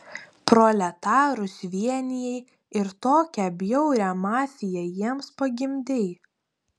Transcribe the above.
proletarus vienijai ir tokią bjaurią mafiją jiems pagimdei